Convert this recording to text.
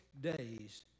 days